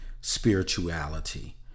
spirituality